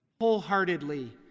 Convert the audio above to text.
wholeheartedly